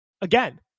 again